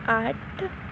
ਅੱਠ